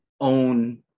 own